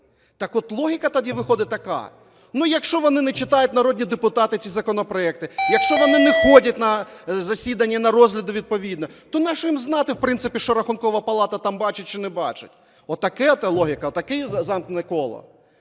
Так-от логіка тоді виходить така, якщо вони не читають, народні депутати, ці законопроекти, якщо вони не ходять на засідання і на розгляди відповідно, то нащо їм знати, в принципі, що Рахункова палата там бачить чи не бачить. Отака логіка, отаке замкнене коло.